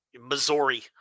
Missouri